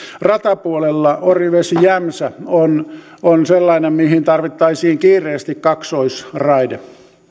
ratapuolella orivesi jämsä on on sellainen mihin tarvittaisiin kiireesti kaksoisraide